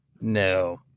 No